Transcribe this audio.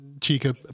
chica